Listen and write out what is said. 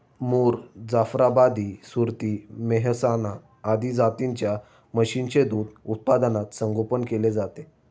मुर, जाफराबादी, सुरती, मेहसाणा आदी जातींच्या म्हशींचे दूध उत्पादनात संगोपन केले जाते